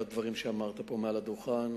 על הדברים שאמרת פה מעל הדוכן.